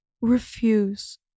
refuse